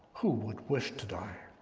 who would wish to die?